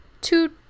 two